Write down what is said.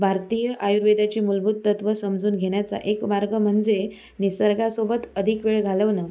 भारतीय आयुर्वेदाची मुलभूत तत्त्व समजून घेण्याचा एक मार्ग म्हणजे निसर्गासोबत अधिक वेळ घालवणं